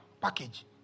package